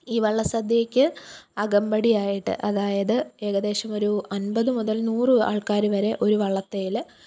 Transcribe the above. ഈ വള്ളസദ്യയ്ക്ക് അകമ്പടിയായിട്ട് അതായത് ഏകദേശമൊരു അൻപത് മുതല് നൂറ് ആള്ക്കാർ വരെ ഒരു വള്ളത്തിൽ